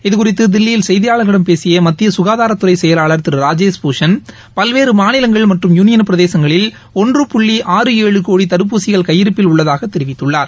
இதுகுறித்துதில்லியில் செய்தியாளர்களிடம் பேசியமத்தியககாதாரத்துறைசெயலாளர் திருராஜேஷ் பூஷண் பல்வேறமாநிலங்கள் மற்றம் யூனியன் பிரதேசங்களில் ஒன்று புள்ளி ஆறு ஏழு கோடிதடுப்பூசிகள் கையிருப்பில் உள்ளதாகதெரிவித்துள்ளார்